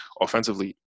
offensively